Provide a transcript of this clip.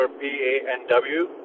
P-A-N-W